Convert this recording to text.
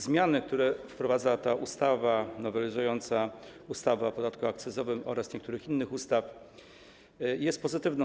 Zmiany, które wprowadza ta ustawa nowelizująca ustawę o podatku akcyzowym oraz niektóre inne ustawy, są pozytywne.